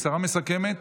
השרה מסכמת,